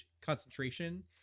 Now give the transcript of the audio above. concentration